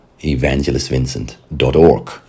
evangelistvincent.org